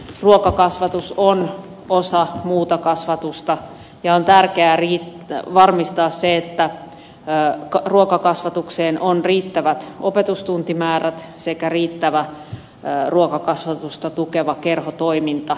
ruokakasvatus on osa muuta kasvatusta ja on tärkeää varmistaa se että ruokakasvatukseen on riittävät opetustuntimäärät sekä riittävä ruokakasvatusta tukeva kerhotoiminta